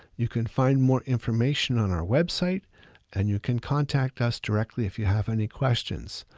you can find more information on our website and you can contact us directly if you have any questions.